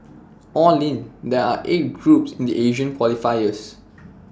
all in there are eight groups in the Asian qualifiers